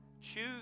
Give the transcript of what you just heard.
choose